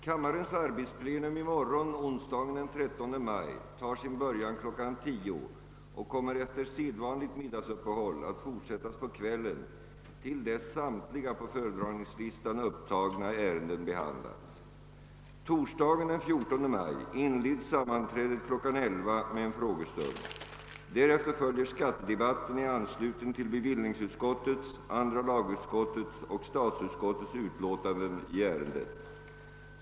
Kammarens arbetsplenum i morgon, onsdagen den 13 maj, tar sin början kl. 10.00 och kommer efter sedvanligt middagsuppehåll att fortsättas på kvällen till dess samtliga på föredragningslistan upptagna ärenden behandlats. Torsdagen den 14 maj inleds sammanträdet kl. 11.00 med en frågestund. Därefter följer skattedebatten i anslutning till bevillningsutskottets, andra lagutskottets och statsutskottets utlåtanden i ärendet.